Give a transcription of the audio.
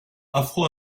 afro